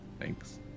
Thanks